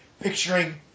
picturing